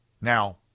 Now